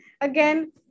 again